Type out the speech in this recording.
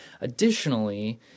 Additionally